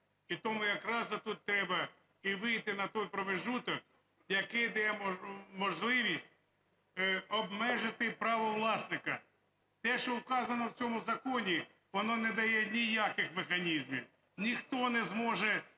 І тому якраз от тут треба і вийти на той промежуток, який дає можливість обмежити право власника Те, що вказано в цьому законі, воно не дає ніяких механізмів, ніхто не зможе,